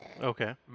Okay